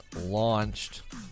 launched